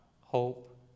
hope